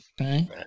Okay